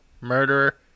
Murderer